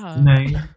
name